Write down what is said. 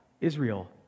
Israel